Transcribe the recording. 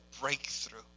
breakthrough